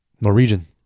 Norwegian